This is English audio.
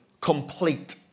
complete